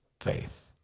Faith